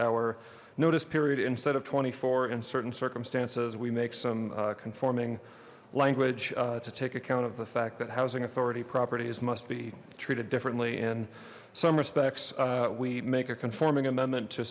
hour notice period instead of twenty four in certain circumstances we make some conforming language to take account of the fact that housing authority properties must be treated differently in some respects we make a conforming amendment to